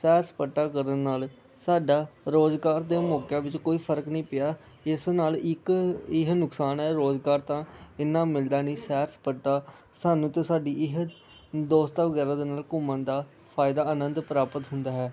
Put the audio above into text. ਸੈਰ ਸਪਾਟਾ ਕਰਨ ਨਾਲ ਸਾਡਾ ਰੁਜ਼ਗਾਰ ਦੇ ਮੌਕਿਆਂ ਵਿੱਚ ਕੋਈ ਫਰਕ ਨਹੀਂ ਪਿਆ ਇਸ ਨਾਲ ਇੱਕ ਇਹ ਨੁਕਸਾਨ ਹੈ ਰੁਜ਼ਗਾਰ ਤਾਂ ਇਹਨਾਂ ਮਿਲਦਾ ਨਹੀਂ ਸੈਰ ਸਪਾਟਾ ਸਾਨੂੰ ਅਤੇ ਸਾਡੀ ਇਹ ਦੋਸਤਾਂ ਵਗੈਰਾ ਦੇ ਨਾਲ ਘੁੰਮਣ ਦਾ ਫਾਇਦਾ ਆਨੰਦ ਪ੍ਰਾਪਤ ਹੁੰਦਾ ਹੈ